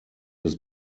des